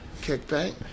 kickback